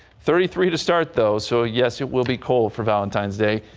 thirty three to start though so yes it will be cold for valentine's day.